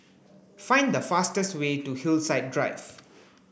find the fastest way to Hillside Drive